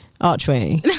Archway